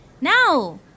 Now